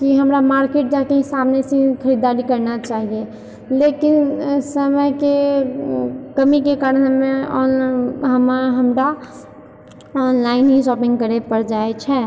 कि हमरा मार्केट जाएके ही सामने से ही खरीददारी करना चाहिए लेकिन समयके कमीके कारण हमे ऑनलाइन हमर हमरा ऑनलाइन ही शॉपिंग करे पड़ि जाए छै